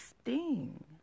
sting